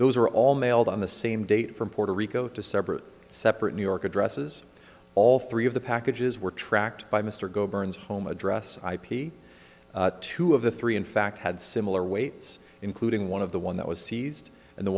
those are all mailed on the same date from puerto rico to separate separate new york addresses all three of the packages were tracked by mr goh burns home address ip two of the three in fact had similar weights including one of the one that was seized in the